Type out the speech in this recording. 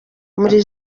muri